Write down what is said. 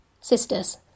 sisters